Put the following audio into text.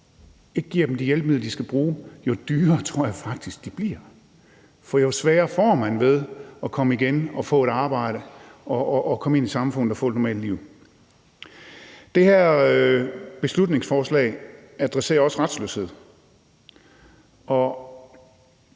ikke giver dem de hjælpemidler, de skal bruge, jo dyrere bliver det. For jo sværere får man ved at komme ind i samfundet igen og få et normalt liv og få et arbejde. Det her beslutningsforslag adresserer også retsløshed.